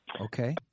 Okay